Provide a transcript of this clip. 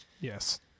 Yes